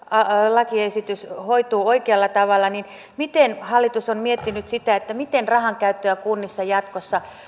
lakiesitys hoituu oikealla tavalla niin miten hallitus on miettinyt sitä miten rahankäyttöä kunnissa jatkossa